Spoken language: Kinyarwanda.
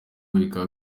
bikaba